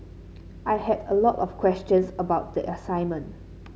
I had a lot of questions about the assignment